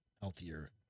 healthier